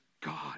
God